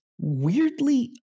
weirdly